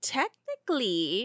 technically